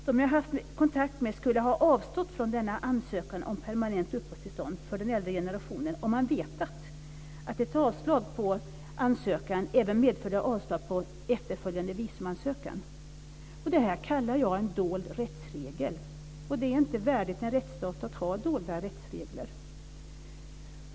De jag har haft kontakt med skulle ha avstått från denna ansökan om permanent uppehållstillstånd för den äldre generationen om de vetat att ett avslag på ansökan även medförde avslag på efterföljande visumansökan. Det här kallar jag en dold rättsregel. Det är inte värdigt en rättsstat att ha dolda rättsregler.